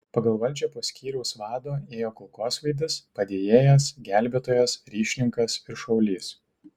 pagal valdžią po skyriaus vado ėjo kulkosvaidis padėjėjas gelbėtojas ryšininkas ir šaulys